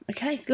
Okay